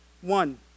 one